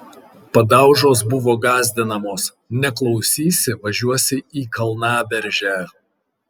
padaužos buvo gąsdinamos neklausysi važiuosi į kalnaberžę